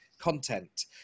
content